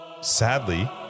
sadly